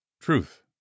truth